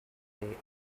they